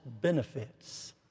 benefits